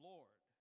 Lord